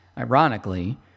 Ironically